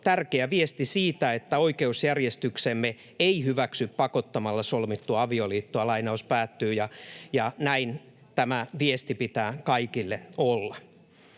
”tärkeä viesti siitä, että oikeusjärjestyksemme ei hyväksy pakottamalla solmittu avioliittoa”, ja näin tämän viestin pitää kaikille olla.